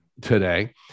today